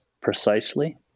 precisely